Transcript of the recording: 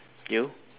you